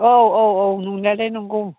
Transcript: औ औ औ नंनायालाय नंगौ